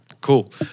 cool